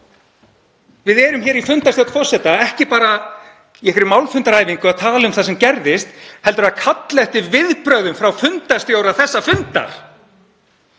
Við erum hér í fundarstjórn forseta, ekki bara í einhverri málfundaræfingu að tala um það sem gerðist heldur að kalla eftir viðbrögðum frá fundarstjóra þessa fundar.